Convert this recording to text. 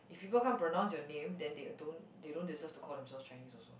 people can't pronounce your name then they don't they don't deserve to call themselves Chinese also